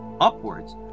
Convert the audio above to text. upwards